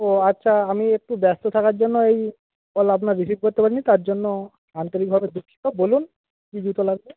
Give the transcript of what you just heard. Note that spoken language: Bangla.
ও আচ্ছা আমি একটু ব্যস্ত থাকার জন্য এই কল আপনার রিসিভ করতে পারিনি তার জন্য আন্তরিকভাবে দুঃখিত বলুন কী জুতো লাগবে